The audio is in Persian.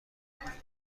کنیم